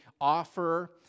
offer